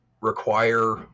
require